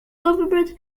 government